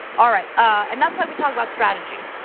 all right, ah and that's why we talk about strategy.